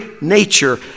nature